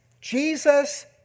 Jesus